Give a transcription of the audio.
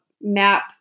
map